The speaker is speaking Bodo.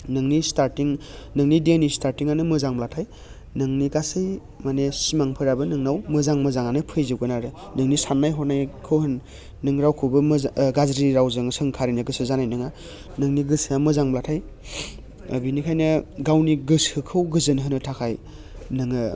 नोंनि स्टारटिं नोंनि देनि स्टारटिङानो मोजांब्लाथाय नोंनि गासै माने सिमांफोराबो नोंनाव मोजां मोजाङानो फैजोबबगोन आरो नोंनि साननाय हनायखौ होन नोंनि रावखौबो गाज्रि रावजों सोंखारिनो गोसो जानाय नङा नोंनि गोसोआ मोजांब्लाथाय बेनिखायनो गावनि गोसोखौ गोजोन होनो थाखाय नोङो